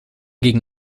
gegen